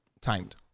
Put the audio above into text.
timed